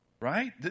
Right